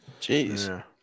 Jeez